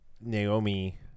Naomi